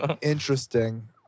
interesting